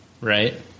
Right